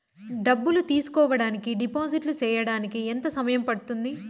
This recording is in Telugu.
డబ్బులు తీసుకోడానికి డిపాజిట్లు సేయడానికి ఎంత సమయం పడ్తుంది